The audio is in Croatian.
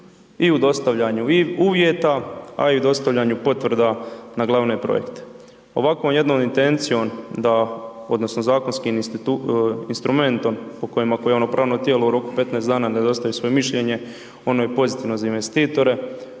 i u dostavljanju i uvjeta, a i dostavljanju potvrda na glavne projekte. Ovakvom jednom intencijom da, odnosno zakonskim instrumentom po kojim javno-pravno tijelo u roku 15 dana ne dostavi svoje mišljenje, ono je pozitivno za investitore,